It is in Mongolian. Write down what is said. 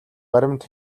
баримт